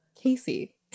Casey